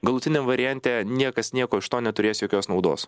galutiniam variante niekas nieko iš to neturės jokios naudos